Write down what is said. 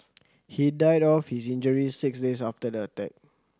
he died of his injuries six days after the attack